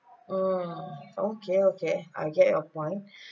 oh okay okay I get your point